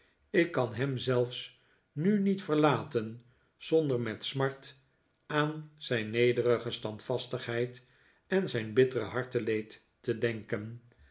ik kan hem zelfs nu niet verlaten zonder met smart aan zijn nederige standvastigheid en zijn bittere harteleed te denken